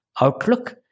outlook